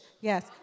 Yes